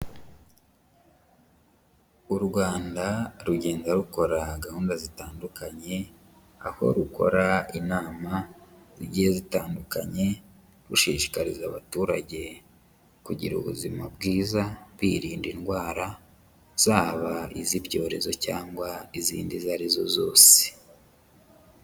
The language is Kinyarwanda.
U Rwanda rugenda rukora gahunda zitandukanye, aho rukora inama zigiye zitandukanye rushishikariza abaturage kugira ubuzima bwiza, birinda indwara zaba iz'ibyorezo cyangwa izindi izo arizo zose.